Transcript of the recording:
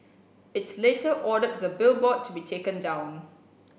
it later ordered the billboard to be taken down